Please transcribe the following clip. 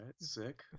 sick